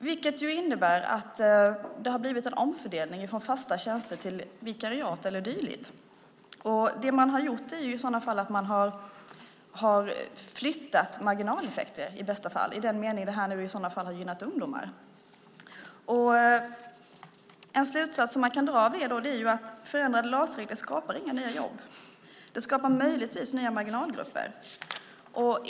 Det betyder att det skett en omfördelning från fasta tjänster till vikariat och dylikt. Det man i sådana fall gjort är att man har flyttat marginaleffekter - i bästa fall har det gynnat ungdomar. En slutsats man kan dra av detta är att förändrade LAS-regler inte skapar några nya jobb. Det skapar möjligtvis nya marginalgrupper.